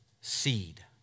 seed